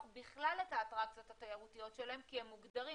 בכלל את האטרקציות התיירותיות שלהם כי הם מוגדרים,